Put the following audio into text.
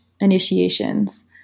Initiations